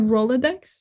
Rolodex